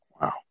Wow